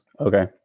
Okay